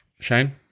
Shane